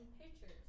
pictures